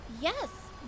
Yes